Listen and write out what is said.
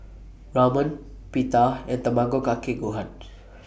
Ramen Pita and Tamago Kake Gohan